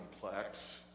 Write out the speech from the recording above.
complex